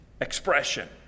expression